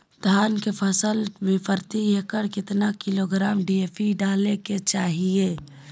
धान के फसल में प्रति एकड़ कितना किलोग्राम डी.ए.पी डाले के चाहिए?